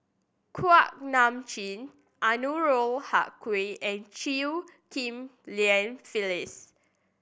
Kuak Nam Jin Anwarul Haque and Chew Ghim Lian Phyllis